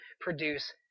produce